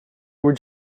were